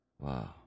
Wow